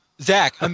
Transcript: Zach